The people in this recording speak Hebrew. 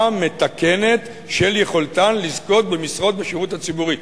מתקנת של יכולתן לזכות במשרות בשירות הציבורי,